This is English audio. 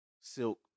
Silk